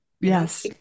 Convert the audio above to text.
yes